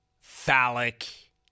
phallic